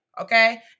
Okay